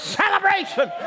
celebration